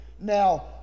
Now